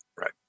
Right